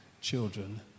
children